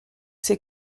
ses